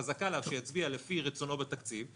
חזקה עליו שיצביע לפי רצונו בתקציב.